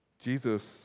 Jesus